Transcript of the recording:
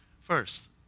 First